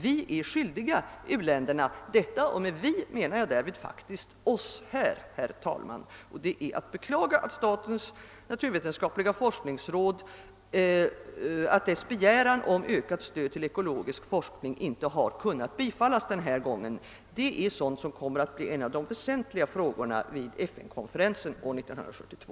Vi är skyldiga u-länderna detta, och med »vi« menar jag faktiskt oss här. Det är att beklaga, att statens naturvetenskapliga forskningsråds begäran om ökat stöd till ekologisk forskning inte har kunna bifallas denna gång. Detta kommer att tillhöra de väsentliga frågorna vid FN-konferensen år 1972;